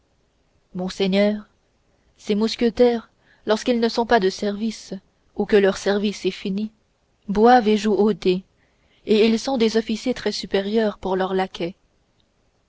monseigneur les mousquetaires lorsqu'ils ne sont pas de service ou que leur service est fini boivent et jouent aux dés et ils sont des officiers très supérieurs pour leurs laquais